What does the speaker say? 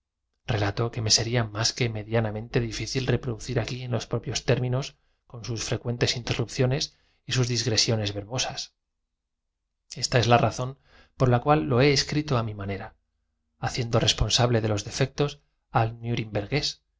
relato que me sería más que medianamente por el general augereau maniobraba en presencia de los austríacos que ocupaban difícil reproducir aquí en los propios términos con sus frecuentes in la orilla derecha del río el cuartel general de la división repu terrupciones y sus digresiones verbosas esta es la razón por la cual blicana estaba en coblenza y una de las medias brigadas pertenecien lo he escrito a mi manera haciendo responsable de los defectos al